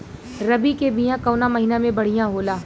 रबी के बिया कवना महीना मे बढ़ियां होला?